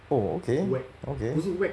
oh okay okay